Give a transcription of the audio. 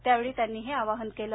त्यावेळी त्यांनी हे आवाहन केलं